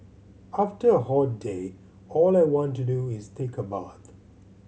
after a hot day all I want to do is take a bath